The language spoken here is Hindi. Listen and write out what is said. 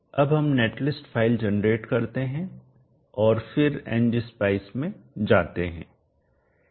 अब हम netlist फ़ाइल जेनरेट करते हैं और फिर Ngspice में जाते हैं